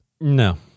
No